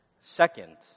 Second